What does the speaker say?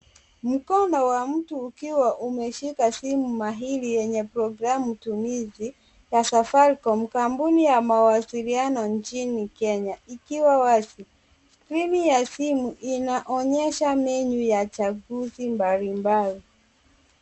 Mkono wa mtu ukiwa umeshika simu mahiri yenye programu tumizi ya Safaricom, kampuni ya mawasiliano nchini Kenya ikiwa wazi. Skrini ya simu inaonyesha menu ya chaguzi mbali mbali.